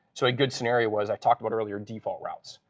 so a good scenario was, i talked about earlier, default routes.